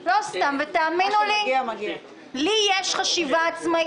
האם ראש הממשלה שלו יהיה עסוק כל היום